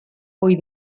ohi